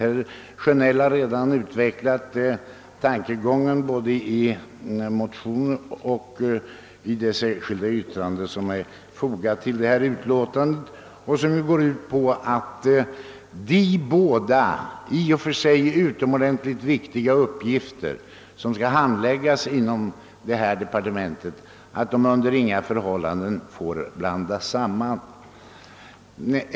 Herr Sjönell har här utvecklat tankegången både i motionen och i det särskilda yttrande som är fogat till statsutskottets utlåtande och som går ut på att de båda utomordentligt viktiga uppgifter, som skall skötas inom detta departement, under inga förhållanden får blandas ihop.